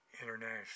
International